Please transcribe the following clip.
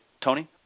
Tony